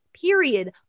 period